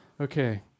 Okay